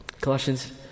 Colossians